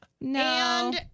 No